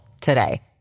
today